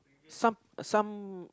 some some